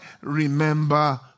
remember